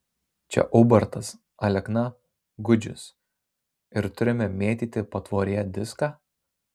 čia ubartas alekna gudžius ir turime mėtyti patvoryje diską